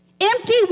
Empty